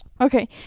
okay